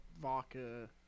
vodka